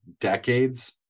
decades